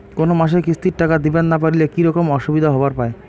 কোনো মাসে কিস্তির টাকা দিবার না পারিলে কি রকম অসুবিধা হবার পায়?